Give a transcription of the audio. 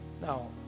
Now